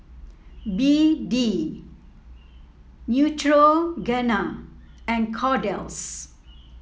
B D Neutrogena and Kordel's